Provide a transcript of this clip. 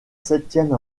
septième